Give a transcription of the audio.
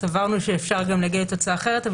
סברנו שאפשר גם לתוצאה אחרת,